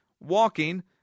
walking